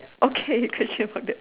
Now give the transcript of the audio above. okay question for that